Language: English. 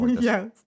Yes